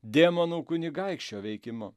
demonų kunigaikščio veikimu